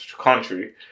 country